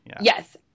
Yes